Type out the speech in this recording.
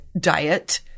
diet